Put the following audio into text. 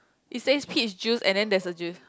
it says peach juice and then there is a juice